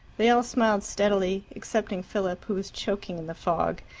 they all smiled steadily, excepting philip, who was choking in the fog,